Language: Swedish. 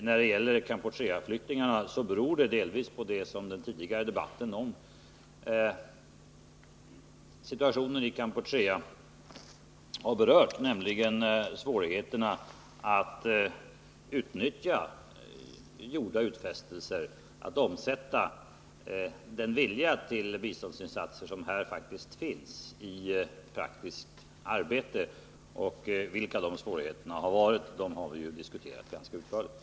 När det gäller Kampucheaflyktingarna beror förhållandena delvis på det som den tidigare debatten om situationen i Kampuchea har berört, nämligen svårigheterna att utnyttja gjorda utfästelser, att omsätta den vilja till biståndsinsatser som här faktiskt finns i praktiskt arbete. Vilka de svårigheterna är har vi redan diskuterat ganska utförligt.